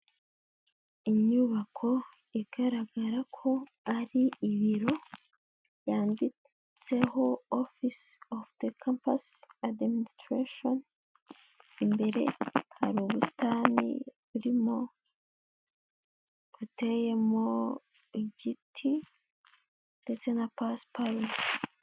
Inyubako igaragara ko ari ibiro byanditseho, ofise ovu de kampasi adiminisitureshoni. Imbere hari ubusitani burimo, buteyeho igiti ndetse na pasiparume.